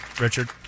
Richard